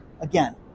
Again